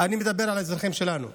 אני מדבר על האזרחים שלנו,